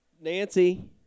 Nancy